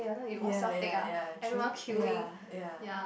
ya ya ya true ya ya